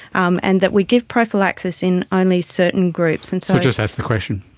um and that we give prophylaxis in only certain groups. and so just ask the question.